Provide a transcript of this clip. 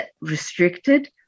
restricted